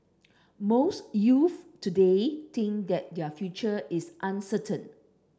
most youths today think that their future is uncertain